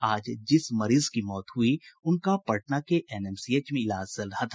आज जिस मरीज की मौत हुई उनका पटना के एनएमसीएच में इलाज चल रहा था